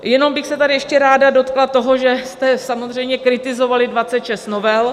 Jenom bych se tady ještě ráda dotkla toho, že jste samozřejmě kritizovali 26 novel.